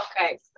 okay